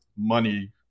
money